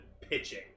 pitching